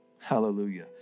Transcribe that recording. Hallelujah